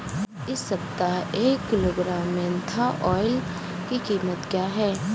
इस सप्ताह एक किलोग्राम मेन्था ऑइल की कीमत क्या है?